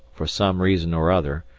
for some reason or other,